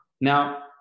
Now